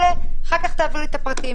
אחר כך תעביר לי את הפרטים.